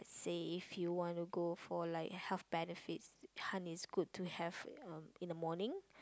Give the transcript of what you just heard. say if you want to go for like health benefits honey is good to have uh in the morning